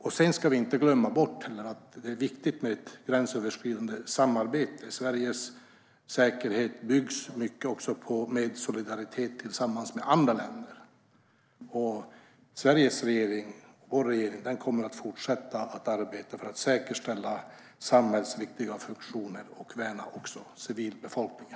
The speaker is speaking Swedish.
Vi ska heller inte glömma bort att det är viktigt med gränsöverskridande samarbete. Sveriges säkerhet byggs mycket med solidaritet tillsammans med andra länder. Sveriges regering - vår regering - kommer att fortsätta att arbeta för att säkerställa samhällsviktiga funktioner och värna civilbefolkningen.